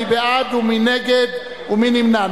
מי בעד, מי נגד ומי נמנע?